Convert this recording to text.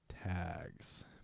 Tags